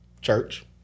church